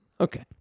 okay